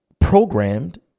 programmed